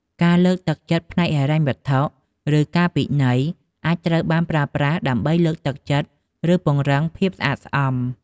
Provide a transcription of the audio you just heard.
ការលើកទឹកចិត្តផ្នែកហិរញ្ញវត្ថុ ឬការពិន័យអាចត្រូវបានប្រើប្រាស់ដើម្បីលើកទឹកចិត្ត ឬពង្រឹងភាពស្អាតស្អំ។